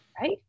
right